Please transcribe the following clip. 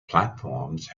platforms